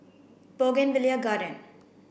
Bougainvillea Garden